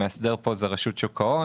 כשהמאסדר של זה היא רשות שוק ההון.